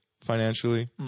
financially